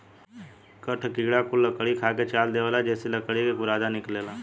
कठ किड़ा कुल लकड़ी खा के चाल देवेला जेइसे लकड़ी के बुरादा निकलेला